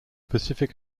pacific